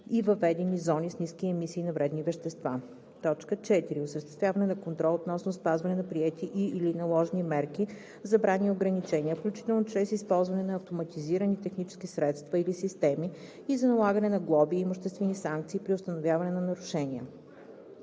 и въведени зони с ниски емисии на вредни вещества; 4. осъществяване на контрол относно спазване на приети и/или наложени мерки, забрани и ограничения, включително чрез използване на автоматизирани технически средства или системи, и за налагане на глоби и имуществени санкции при установяване на нарушения.“